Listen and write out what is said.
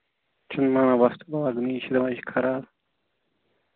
یہِ چھُنہٕ مانان وۅستہٕ لاگنٕے یہِ چھُ دَپان یہِ چھِ خراب